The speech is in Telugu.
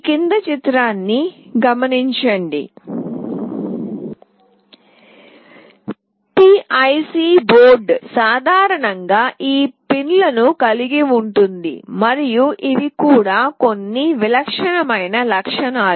పిఐసి బోర్డు సాధారణంగా ఈ పిన్లను కలిగి ఉంటుంది మరియు ఇవి కూడా కొన్ని విలక్షణమైన లక్షణాలు